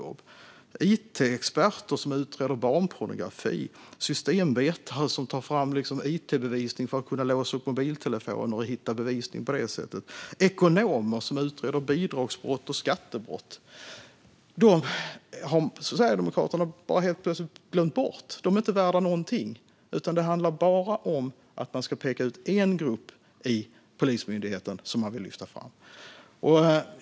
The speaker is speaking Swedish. Det är it-experter som utreder barnpornografi, systemvetare som tar fram it-bevisning för att kunna låsa upp mobiltelefoner och hitta ytterligare bevisning på det sättet och ekonomer som utreder bidrags och skattebrott. Dem har Sverigedemokraterna helt plötsligt bara glömt bort. De är inte värda någonting, utan det handlar bara om att peka ut en grupp inom Polismyndigheten och lyfta fram den.